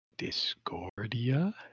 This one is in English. discordia